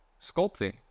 Sculpting